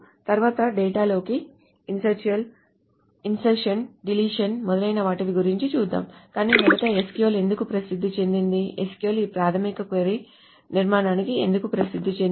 తరువాత డేటాలోకి insertion deletion మొదలైన వాటి గురించి చూద్దాం కాని మొదట SQL ఎందుకు ప్రసిద్ధి చెందింది SQL ఈ ప్రాథమిక క్వరీ నిర్మాణానికి ఎందుకు ప్రసిద్ధి చెందింది